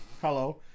Hello